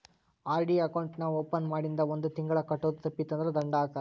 RD account ನಾ open ಮಾಡಿಂದ ಒಂದ್ ತಿಂಗಳ ಕಟ್ಟೋದು ತಪ್ಪಿತಂದ್ರ ದಂಡಾ ಹಾಕಲ್ಲ